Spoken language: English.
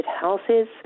houses